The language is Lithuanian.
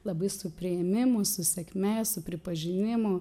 labai su priėmimu su sėkme su pripažinimu